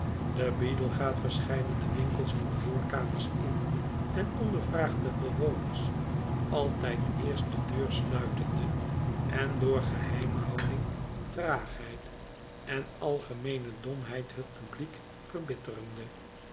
de beadle gaat verscheidene winkels en voorkamers in en ondervraagt de bewoners altijd eerst de deur sluitende en door geheimhouding traagheid en algemeene domheid het publiek verbitterende